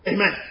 Amen